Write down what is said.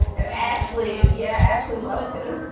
and ashley. yeah. ashley loved you.